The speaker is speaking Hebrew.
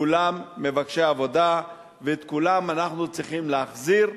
כולם מבקשי עבודה, ואת כולם אנחנו צריכים להחזיר,